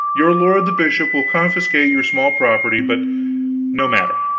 your lord the bishop will confiscate your small property, but no matter.